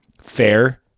fair